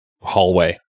hallway